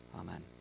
Amen